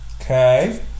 Okay